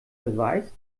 beweist